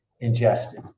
ingested